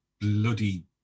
bloody